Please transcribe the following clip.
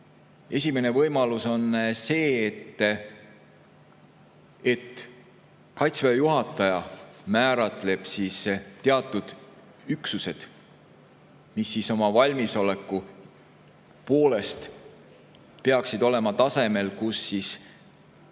Esimene võimalus on see, et Kaitseväe juhataja määratleb teatud üksused, mis oma valmisoleku poolest peaksid olema tasemel, mille